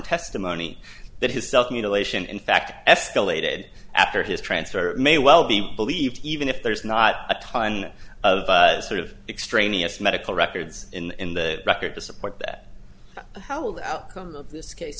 testimony that his self mutilation in fact escalated after his transfer may well be believed even if there's not a ton of sort of extraneous medical records in the record to support that how will the outcome of this case